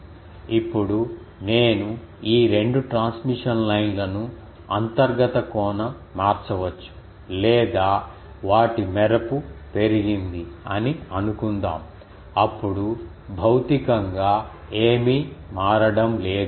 ఇప్పుడు నేను ఈ రెండు ట్రాన్స్మిషన్ లైన్ను అంతర్గత కోణం మార్చవచ్చు లేదా వాటి మెరుపు పెరిగింది అని అనుకుందాం అప్పుడు భౌతికంగా ఏమీ మారడం లేదు